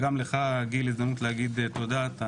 זו הזדמנות להגיד תודה גם לך, גיל.